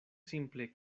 simple